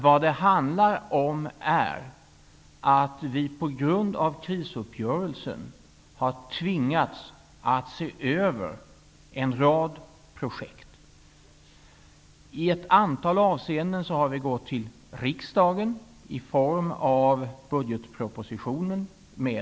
Vad det handlar om är att vi på grund av krisuppgörelsen har tvingats att se över en rad projekt. I ett antal avseenden har regeringen gått till riksdagen med förslag i budgetpropositionen.